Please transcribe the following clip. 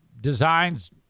designs